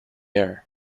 air